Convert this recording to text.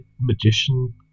magician